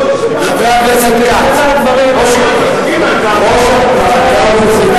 זו שלנו זו גם